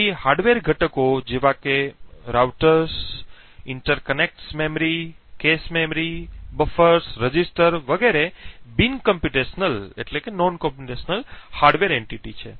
તેથી હાર્ડવેર ઘટકો જેમ કે રાઉટર્સ ઇન્ટરકનેક્ટ્સ મેમરી કેશ સ્મૃતિઓ બફર્સ રજિસ્ટર વગેરે બિન કોમ્પ્યુટેશનલ હાર્ડવેર એન્ટિટી છે